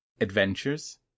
Adventures